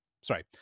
sorry